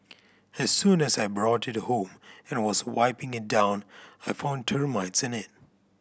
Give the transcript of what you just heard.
as soon as I brought it home and was wiping it down I found termites in it